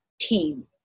team